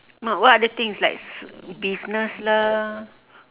but what other things like s~ business lah